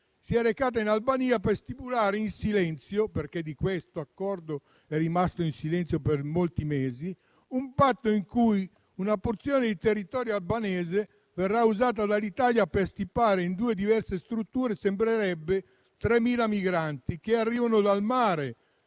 si è recato in Albania per stipulare in silenzio - perché questo accordo è rimasto in silenzio per molti mesi - un patto per cui una porzione di territorio albanese verrà usata dall'Italia per stipare in due diverse strutture - così sembrerebbe - 3.000 migranti che arrivano dal mare,